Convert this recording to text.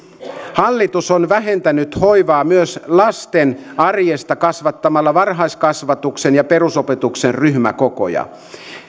hallitus on vähentänyt hoivaa myös lasten arjesta kasvattamalla varhaiskasvatuksen ja perusopetuksen ryhmäkokoja